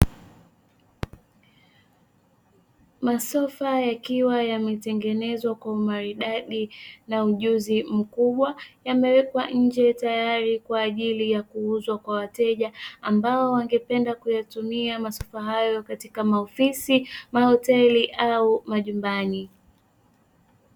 Masofa yakiwa yametengenezwa kwa umaridadi na ujuzi mkubwa, yamewekwa nje tayari kwa ajili ya kuuzwa kwa wateja ambao wangependa kuyatumia masofa hayo katika maofisi, mahoteli au majumbani.